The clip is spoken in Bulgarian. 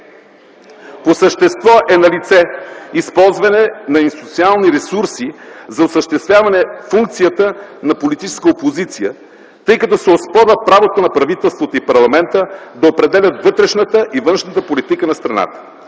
По същество е налице използване на институционални ресурси за осъществяване функцията на политическа опозиция, тъй като се оспорва правото на правителството и парламента да определят вътрешната и външната политика на страната.